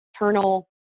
internal